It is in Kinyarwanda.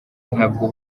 ntabwo